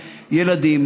ילדים,